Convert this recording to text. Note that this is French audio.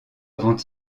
avant